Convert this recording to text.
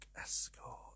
Escort